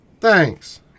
Thanks